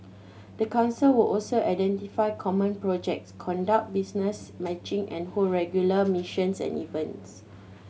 the council will also identify common projects conduct business matching and hold regular missions and events